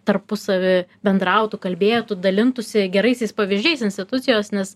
tarpusavy bendrautų kalbėtų dalintųsi geraisiais pavyzdžiais institucijos nes